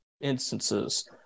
instances